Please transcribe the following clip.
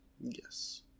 Yes